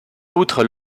outre